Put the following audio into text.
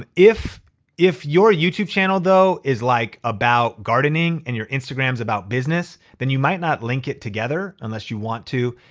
if if your youtube channel though, is like about gardening and your instagram is about business, then you might not link it together unless you want to.